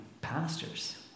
pastors